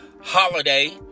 holiday